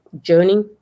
journey